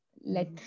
let